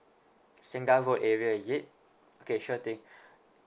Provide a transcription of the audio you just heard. singa road area is it okay sure thing